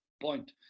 point